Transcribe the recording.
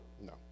No